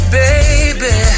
baby